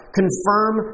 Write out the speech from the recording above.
confirm